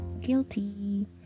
Guilty